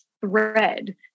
thread